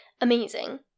amazing